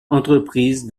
entreprise